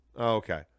Okay